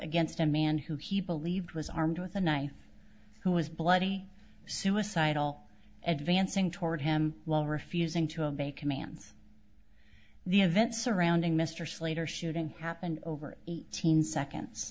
against a man who he believed was armed with a knife who was bloody suicidal advancing toward him while refusing to obey commands the events surrounding mr slater shooting happened over eighteen seconds